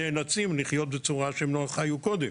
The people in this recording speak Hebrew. הם נאלצים לחיות היום בצורה שהם לא חיו בה קודם,